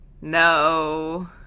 no